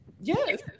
Yes